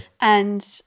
And-